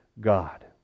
God